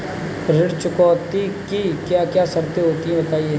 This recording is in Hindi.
ऋण चुकौती की क्या क्या शर्तें होती हैं बताएँ?